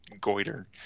Goiter